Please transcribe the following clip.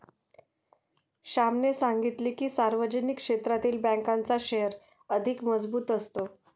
श्यामने सांगितले की, सार्वजनिक क्षेत्रातील बँकांचा शेअर अधिक मजबूत असतो